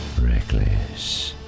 reckless